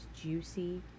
juicy